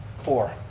for.